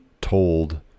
told